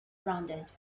rounded